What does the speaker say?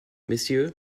monsieur